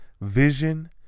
vision